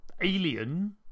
alien